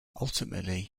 ultimately